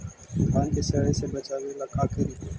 धान के सड़े से बचाबे ला का करि?